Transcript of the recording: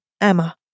EMMA